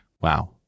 wow